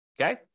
okay